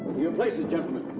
your places, gentlemen!